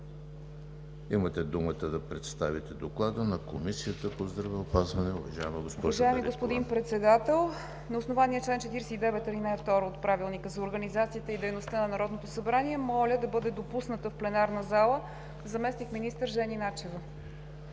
Имате думата да представите Доклада на Комисията по здравеопазването,